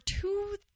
two